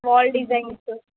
wall designs